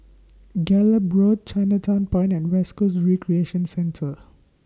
Gallop Road Chinatown Point and West Coast Recreation Centre